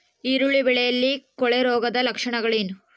ಈರುಳ್ಳಿ ಬೆಳೆಯಲ್ಲಿ ಕೊಳೆರೋಗದ ಲಕ್ಷಣಗಳೇನು?